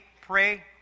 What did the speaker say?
pray